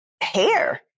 hair